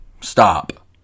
stop